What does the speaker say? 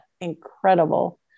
incredible